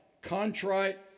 contrite